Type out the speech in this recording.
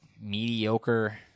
mediocre